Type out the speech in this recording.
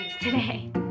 today